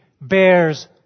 bears